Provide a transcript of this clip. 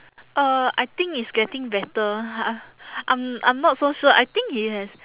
uh I think it's getting better !huh! I'm I'm not so sure I think he has